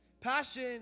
Passion